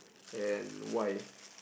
and why